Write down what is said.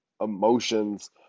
emotions